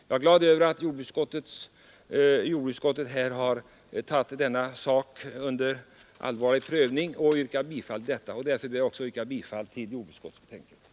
Jag är glad över att jordbruksutskottet har tagit denna fråga under allvarlig prövning och tillstyrkt motionen. Jag ber att få yrka bifall till utskottets hemställan.